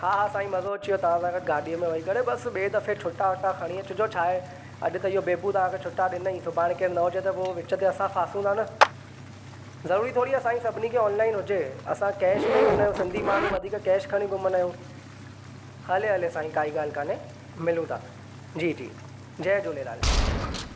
हा हा साईं मज़ो अची वियो तव्हां सां गॾु गाॾीअ में वेही करे बसि ॿिए दफ़े छुटा वुटा खणी अचिजो छा आहे अॼु त इहो बेबू तव्हांखे छुटा ॾिनई सुभाणे केर न हुजे त पोइ विच ते असां फासूं त न ज़रूरी थोरी आहे साईं सभिनी खे ऑनलाइन हुजे असां कैश में ई हूंदा आहियूं सिंधी माण्हू वधीक कैश खणी घुमंदा आहियूं हले हले साईं काई ॻाल्हि कोन्हे मिलूं था जी जी जय झूलेलाल